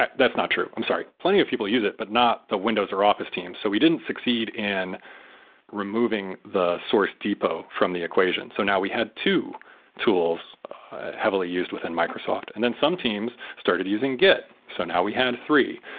that's that's not true. i'm sorry. plenty of people use it, but not the windows or office team. so we didn't succeed in removing the source depot from the equation. so now we had two tools heavily used within microsoft. and then some teams started using git. so now we had three.